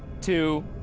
two